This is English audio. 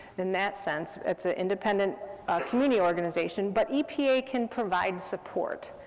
in that sense. it's an independent community organization, but epa can provide support,